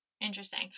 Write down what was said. Interesting